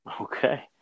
Okay